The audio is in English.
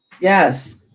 Yes